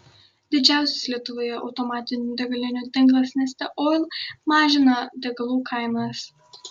didžiausias lietuvoje automatinių degalinių tinklas neste oil mažina degalų kainas